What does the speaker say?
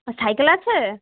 cycle আছে